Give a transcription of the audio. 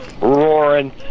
roaring